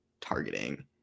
targeting